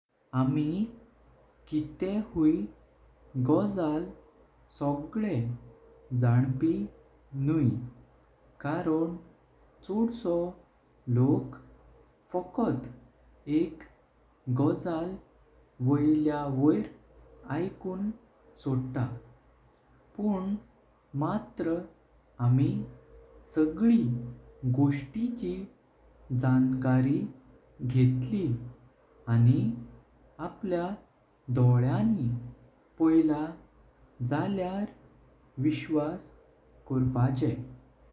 आमी कितेहुई गोजाळ सगळे जणपी नुई कारण चोडसो लोक फोकोट एक गोजाळ वॉयल्यावॉयर इकून सोडता। पण मात्र आमी सगळी गोष्टिची जानकारी घेतली आणि आपल्या डोळ्यांनि पॉयला झाल्यार विश्वास कोरपाचे।